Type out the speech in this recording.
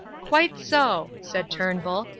quite so, said turnbull,